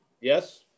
yes